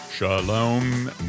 Shalom